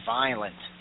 violent